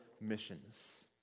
missions